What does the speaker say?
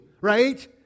right